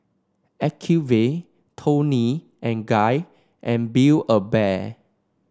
Acuvue Toni and Guy and Build A Bear